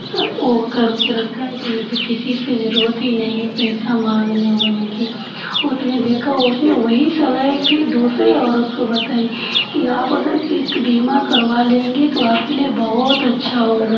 इतना ओ करके रखा है कि मुझे किसी से जरूरत ही नहीं है पैसा मांगने ओगने की उसने देखा उसने वही सलाह एक फिर दूसरी औरत को बताई कि आप अगर किस्त बीमा करवा लेंगी तो आपके लिए बहुत अच्छा होगा